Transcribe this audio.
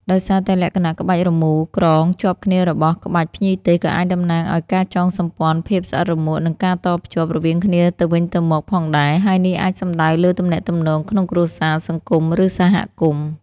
ដោយសារតែលក្ខណៈក្បាច់រមូរក្រងជាប់គ្នារបស់ក្បាច់ភ្ញីទេសក៏អាចតំណាងឱ្យ ការចងសម្ព័ន្ធ ភាពស្អិតរមួត និងការតភ្ជាប់ រវាងគ្នាទៅវិញទៅមកផងដែរ ហើយនេះអាចសំដៅលើទំនាក់ទំនង ក្នុងគ្រួសារ សង្គម ឬសហគមន៍។